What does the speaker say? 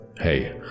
hey